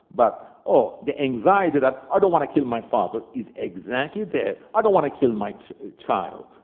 but, ah the anxiety that, i don't wanna kill my father, is exactly there. i don't wanna kill my child.